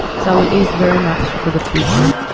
so it is very much for the future.